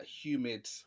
humid